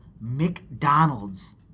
McDonald's